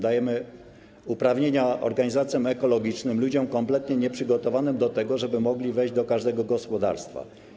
dajemy uprawnienia organizacjom ekologicznym, ludziom kompletnie nieprzygotowanym do tego, żeby mogli wejść do każdego gospodarstwa.